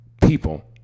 people